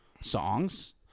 songs